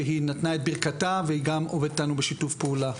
שהיא נתנה את ברכתה וגם עובדת איתנו בשיתוף פעולה.